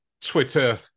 twitter